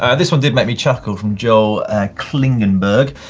ah this one did make me chuckle from joel klingenberg.